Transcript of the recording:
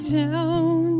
down